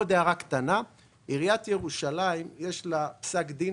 עוד הערה קטנה: לעיריית ירושלים יש פסק דין